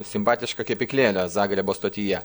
simpatišką kepyklėlę zagrebo stotyje